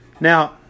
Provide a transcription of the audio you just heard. now